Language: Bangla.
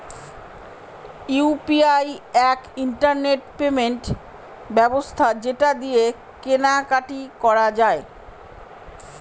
ইউ.পি.আই এক ইন্টারনেট পেমেন্ট ব্যবস্থা যেটা দিয়ে কেনা কাটি করা যায়